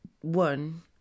one